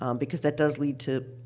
um because that does lead to,